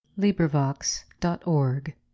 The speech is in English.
LibriVox.org